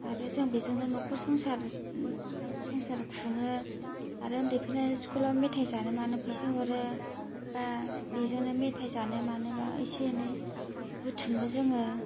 आरो जों बेजोंनो न'खर संसार संसार खुङो आरो ओन्दैफोरनो स्कुलाव मेथाय जानो मानो फैसा हरो बा बेजोंनो मेथाय जानो मानोबा एसे एनै बुथुमो जोङो